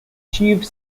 achieved